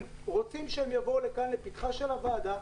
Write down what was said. הם רוצים שיבואו לפתחה של הוועדה,